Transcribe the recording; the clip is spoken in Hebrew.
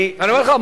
אני אומר לך,